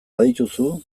badituzu